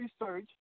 research